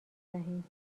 دهیم